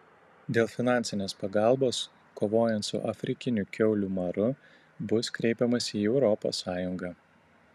dėl finansinės pagalbos kovojant su afrikiniu kiaulių maru bus kreipiamasi į europos sąjungą